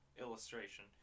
illustration